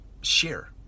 share